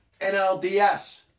NLDS